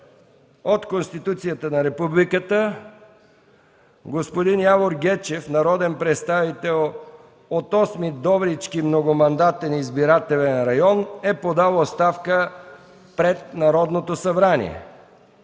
от Конституцията на Републиката господин Явор Гечев – народен представител от 8. Добрички многомандатен избирателен район, е подал оставка пред Народното събрание.